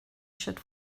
should